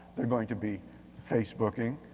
they're going to be facebooking.